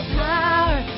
power